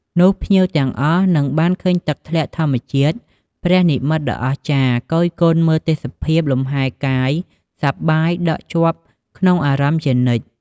នោះភ្ញៀវទាំងអស់នឹងបានឃើញទឹកធ្លាក់ធម្មជាតិព្រះនិមិ្មតដ៏អស្ចារ្យ គយគន់មើលទេសភាពលំហែកាយ សប្បាយដក់ជាប់ក្នុងអារម្មណ៍ជានិច្ច ។